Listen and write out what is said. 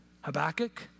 Habakkuk